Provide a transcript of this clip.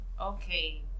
okay